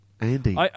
Andy